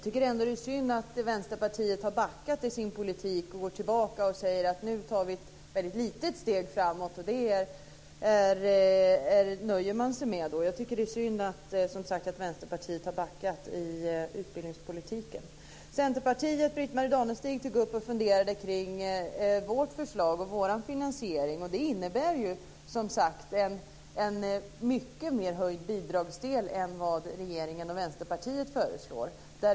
Fru talman! Det är synd att Vänsterpartiet har backat i sin politik och går tillbaka. Man säger: Nu tar vi ett väldigt litet steg framåt. Detta nöjer man sig med. Jag tycker alltså att det är synd att Vänsterpartiet har backat i utbildningspolitiken. Britt-Marie Danestig funderade kring Centerpartiets förslag och finansiering som, som sagt, innebär en mycket större bidragsdel än vad regeringen och Vänsterpartiet föreslår.